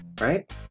Right